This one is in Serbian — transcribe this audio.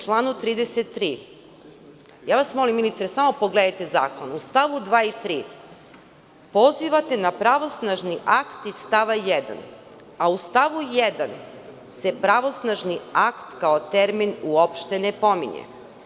Molim vas, ministre, samo pogledajte zakon, u stavu 2. i 3. pozivate na pravosnažni iz stava 1. a u stavu 1. se pravosnažni akt kao termin uopšte ne pominje.